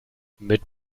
mit